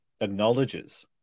acknowledges